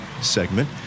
segment